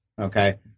Okay